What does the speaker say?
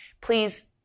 Please